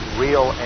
real